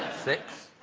six